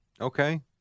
Okay